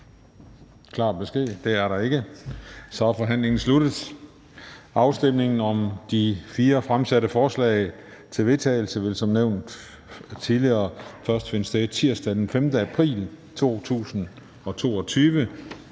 klar besked: Det er der ikke. Og så er forhandlingen sluttet. Afstemningen om de fire fremsatte forslag til vedtagelse vil som nævnt tidligere først finde sted tirsdag den 5. april 2022.